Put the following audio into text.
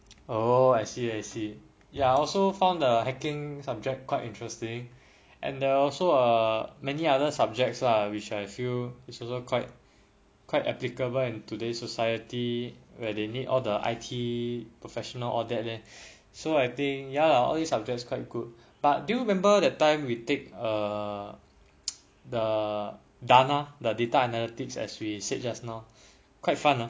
oh I see I see ya I also found the hacking subject quite interesting and there are also err many other subjects lah which I feel is also quite quite applicable in today's society where they need all the I_T professional all that leh so I think ya all these subjects quite good but do you remember that time we take uh the dana the data analytics as we said just now quite fun ah